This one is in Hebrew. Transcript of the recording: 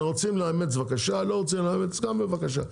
רוצים לאמץ בבקשה לא רוצים לאמץ גם בבקשה,